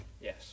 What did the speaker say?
Yes